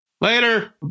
later